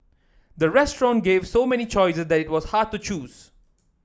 the restaurant gave so many choices that it was hard to choose